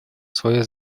свое